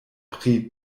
pri